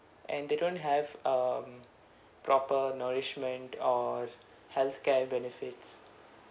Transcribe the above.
and they don't have um proper nourishment or healthcare benefits